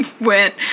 went